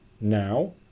Now